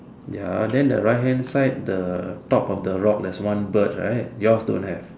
ya then the right hand side the top of the rock got one bird right yours don't have